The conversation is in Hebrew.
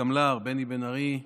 הקמל"ר בני בן ארי,